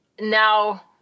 now